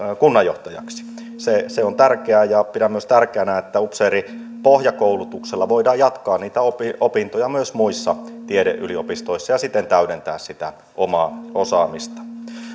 kunnanjohtajaksi se se on tärkeää ja pidän myös tärkeänä että upseerin pohjakoulutuksella voidaan jatkaa niitä opintoja opintoja myös muissa tiedeyliopistoissa ja siten täydentää sitä omaa osaamista